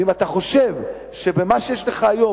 ואם אתה חושב שבמה שיש לך היום,